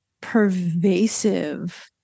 pervasive